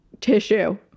tissue